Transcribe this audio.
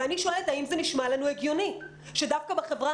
ואני שואלת: האם זה נשמע לנו הגיוני שדווקא בחברה